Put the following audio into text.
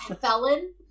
felon